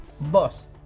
Boss